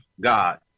God